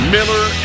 Miller